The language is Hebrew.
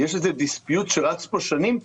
יש איזה dispute שרץ פה שנים?